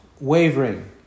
wavering